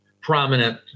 prominent